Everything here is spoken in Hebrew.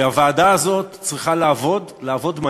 שהוועדה הזאת צריכה לעבוד,